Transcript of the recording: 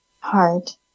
heart